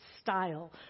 style